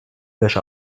wäsche